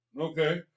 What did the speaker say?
Okay